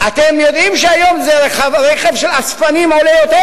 אתם יודעים שהיום רכב של אספנים עולה יותר?